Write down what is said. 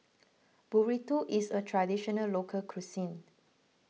Burrito is a Traditional Local Cuisine